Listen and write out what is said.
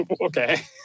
okay